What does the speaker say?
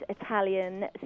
Italian